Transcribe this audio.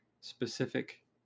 specific